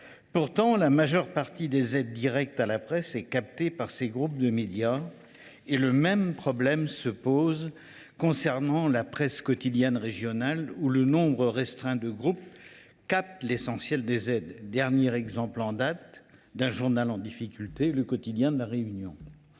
Pourtant, la majeure partie des aides directes à la presse est captée par ces groupes de médias, et le même problème se pose dans la presse quotidienne régionale, où un nombre restreint de groupes capte l’essentiel des aides. Le dernier exemple en date d’un journal en difficulté est celui